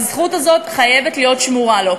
הזכות הזאת חייבת להיות שמורה לו.